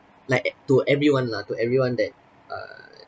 like e~ to everyone lah to everyone that err